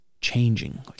changing